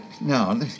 No